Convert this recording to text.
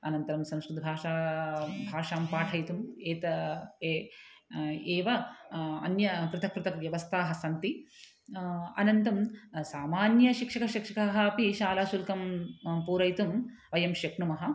अनन्तरं संस्कृतभाषां भाषां पाठयितुं एता ए एव अन्य पृथक् पृथक् व्यवस्थाः सन्ति अनन्तरं सामान्यशिक्षकाः शिक्षकाः अपि शालाशुल्कं म् पूरयितुं वयं शक्नुमः